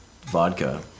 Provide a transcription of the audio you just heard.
vodka